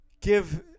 give